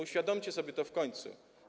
Uświadomcie sobie to w końcu.